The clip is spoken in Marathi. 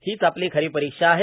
हीच आपली खरी परीक्षा आहे